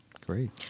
Great